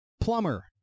plumber